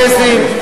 ועל הצר'קסים,